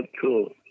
Cool